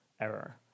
error